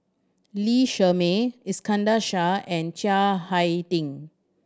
Lee Shermay Iskandar Shah and Chiang Hai Ding